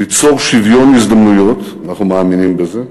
ליצור שוויון הזדמנויות, אנחנו מאמינים בזה,